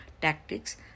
tactics